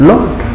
Lord